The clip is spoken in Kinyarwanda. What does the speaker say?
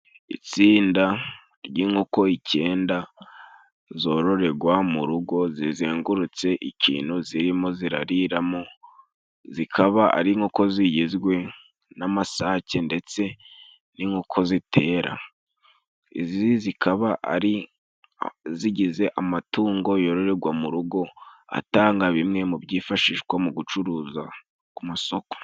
Itsinda ry'inkoko icyenda zororegwa mu rugo zizengurutse ikintu zirimo zirariramo, zikaba ari inkoko zigizwe n'amasake ndetse n'inkoko zitera. Izi zikaba ari zigize amatungo yororegwa mu rugo atanga bimwe mu byifashishwa mu gucuruza ku masoko.